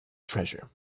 treasure